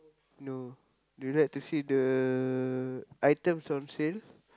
no do you like to see the items on sale